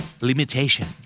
Limitation